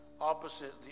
opposite